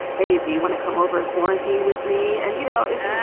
hey, do you want to come over and quarantine with me? and, you know, it's just